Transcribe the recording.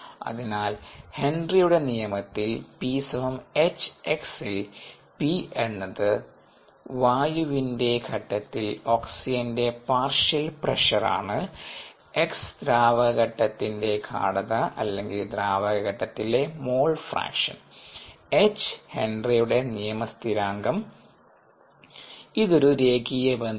അതിനാൽ ഹെൻറിയുടെ നിയമത്തിൽ p hx ൽ നിന്ന് p എന്നത് വായുവിന്റെ ഘട്ടത്തിൽ ഓക്സിജന്റെ പാർഷ്യൽ പ്രഷർ ആണ് x ദ്രാവകഘട്ടത്തിൻറെ ഗാഢത അല്ലെങ്കിൽ ദ്രാവകഘട്ടത്തിലെ മോൾ ഫ്രാക്ഷൻ h ഹെൻറിയുടെ നിയമ സ്ഥിരാങ്കംഇത് ഒരു രേഖീയ ബന്ധമാണ്